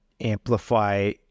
amplify